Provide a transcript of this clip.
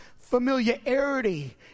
familiarity